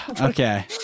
Okay